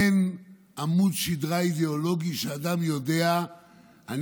אין עמוד שדרה אידיאולוגי שבו אדם יודע שהוא